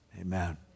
amen